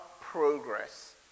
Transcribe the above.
progress